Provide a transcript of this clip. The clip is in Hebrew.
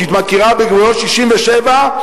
שהיא מכירה בגבולות 67',